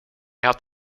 had